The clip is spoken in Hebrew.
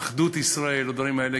אחדות ישראל והדברים האלה,